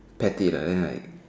pat it lah then like